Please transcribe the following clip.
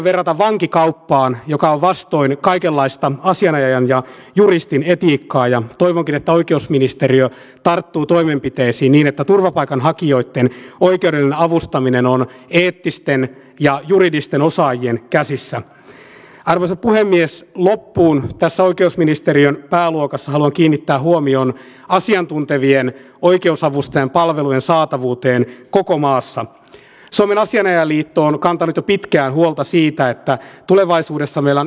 ja kun täällä on tänäänkin puhuttu tästä parlamentaarisestakin valmistelusta niin totean sen että sekä tämän tulevaisuuden kunnan osalta että aluehallinnon uudistamisen osalta olemme asettamassa aivan tällä viikolla ensi viikolla tiedän että tässä oikeusministeriön pääluokassa haluan kiinnittää vielä ryhmissä tällä viikolla käsitellään jossakin kohtaa näitä esityksiä omia edustajia näihin parlamentaarisiin työryhmiin mutta ne tulisivat menemään eteenpäin